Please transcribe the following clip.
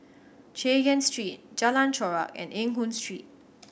Chay Yan Street Jalan Chorak and Eng Hoon Street